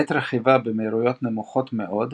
בעת רכיבה במהירויות נמוכות מאוד,